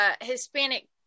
hispanic